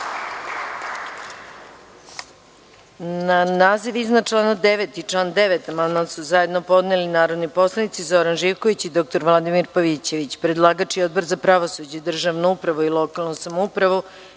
Na naziv iznad člana 9. i član 9. amandman su zajedno podneli narodni poslanici Zoran Živković i dr Vladimir Pavićević. Predlagač i Odbor za pravosuđe, državnu upravu i lokalnu samoupravu